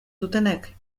dutenek